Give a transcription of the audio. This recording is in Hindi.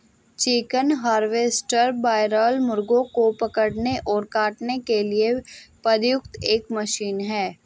चिकन हार्वेस्टर बॉयरल मुर्गों को पकड़ने और काटने के लिए प्रयुक्त एक मशीन है